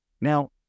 Now